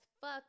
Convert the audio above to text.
fuck